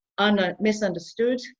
misunderstood